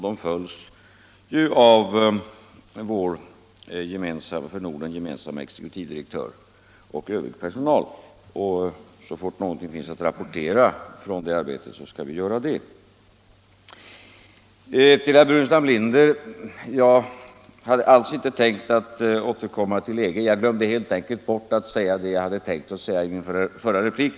Det följs av vår för Norden gemensamma exekutivdirektör och övrig personal. Så fort någonting finns att rapportera från det arbetet skall vi göra det. Jag hade alls inte tänkt återkomma till EG, herr Burenstam Linder. Jag glömde helt enkelt bort att säga vad jag hade tänkt säga i min förra replik.